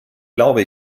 glaube